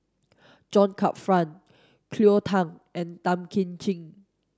John Crawfurd Cleo Thang and Tan Kim Ching